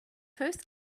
first